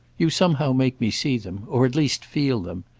you somehow make me see them or at least feel them.